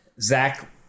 Zach